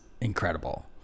incredible